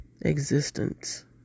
existence